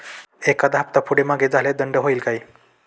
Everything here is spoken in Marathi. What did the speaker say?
एखादा हफ्ता पुढे मागे झाल्यास दंड होईल काय?